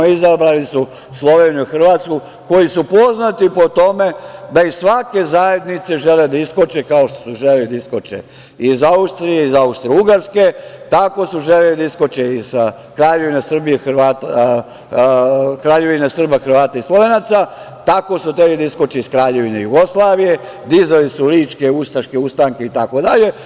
Izabrali su Sloveniju i Hrvatsku, koje su poznate po tome da iz svake zajednice žele da iskoče, kao što su želele da iskoče iz Austrije, iz Austrougarske, tako su želele da iskoče i iz Kraljevine Srba, Hrvata i Slovenaca, tako su hteli da iskoče iz Kraljevine Jugoslavije, dizali su ličke ustaške ustanke itd.